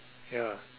ya